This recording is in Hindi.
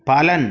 पालन